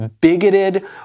bigoted